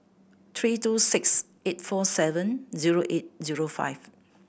three two six eight four seven zero eight zero five